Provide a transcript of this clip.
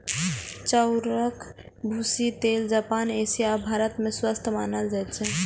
चाउरक भूसीक तेल जापान, एशिया आ भारत मे स्वस्थ मानल जाइ छै